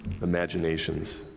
imaginations